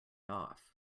off